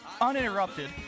uninterrupted